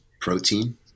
protein